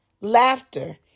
laughter